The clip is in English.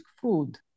food